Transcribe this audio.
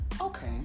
Okay